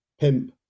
pimp